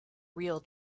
real